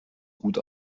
gut